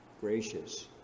gracious